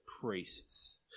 priests